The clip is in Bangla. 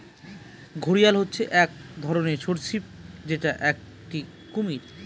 ঘড়িয়াল হচ্ছে এক ধরনের সরীসৃপ যেটা একটি কুমির